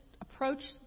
approach